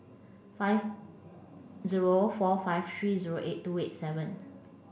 five zero four five three zero eight two eight seven